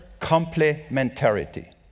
complementarity